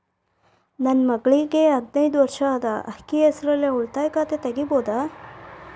ನನ್ನ ಮಗಳಿಗೆ ಹದಿನೈದು ವರ್ಷ ಅದ ಅಕ್ಕಿ ಹೆಸರಲ್ಲೇ ಉಳಿತಾಯ ಖಾತೆ ತೆಗೆಯಬಹುದಾ?